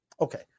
okay